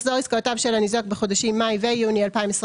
מחזור עסקאותיו של הניזוק בחודשים מאי ויוני 2022